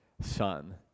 Son